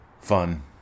fun